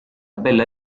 bella